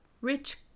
rich